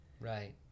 Right